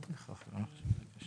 אם